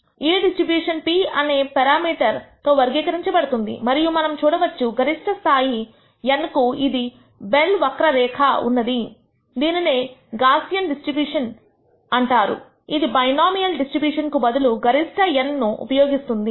ఈ distribution p అనే parameter తో వర్గీకరించబడుతుంది మరియు మనం చూడవచ్చు గరిష్ఠ స్థాయి n కు ఇది బెల్ వక్ర రేఖగా ఉన్నది దీనినే గాసియన్ డిస్ట్రిబ్యూషన్ ఉంటారు ఇది బైనామియల్ డిస్ట్రిబ్యూషన్ కు బదులుగా గరిష్ట n ను ఉపయోగిస్తుంది